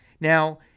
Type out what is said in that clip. Now